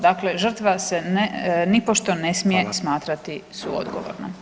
Dakle žrtva se nipošto ne [[Upadica: Hvala.]] smije smatrati suodgovornom.